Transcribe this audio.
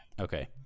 Okay